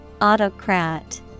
Autocrat